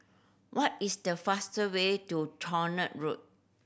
what is the faster way to Tronoh Road